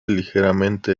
ligeramente